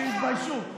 שיתביישו.